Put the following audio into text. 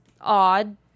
odd